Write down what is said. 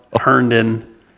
Herndon